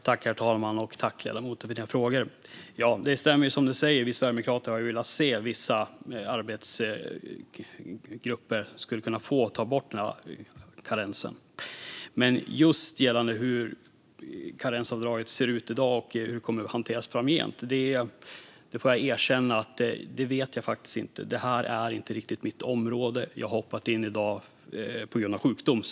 Herr talman! Tack, ledamoten, för frågorna! Det stämmer att vi sverigedemokrater har velat se att man tar bort karensen i vissa grupper, men hur karensavdraget ser ut i dag och hur det kommer att hanteras framgent får jag erkänna att jag inte vet. Det här är inte riktigt mitt område - jag har hoppat in i dag på grund av sjukdom.